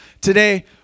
Today